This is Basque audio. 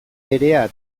berea